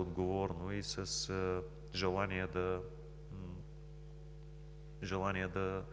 отговорно и с желание да